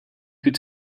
could